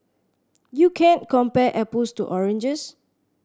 you can't compare apples to oranges